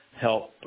help